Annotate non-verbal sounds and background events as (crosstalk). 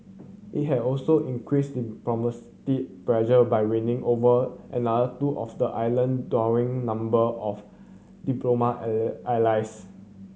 it had also increased diplomatic pressure by winning over another two of the island dwindling number of diplomatic (unintelligible) allies